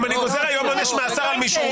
אם אני גוזר היום עונש מאסר על מישהו,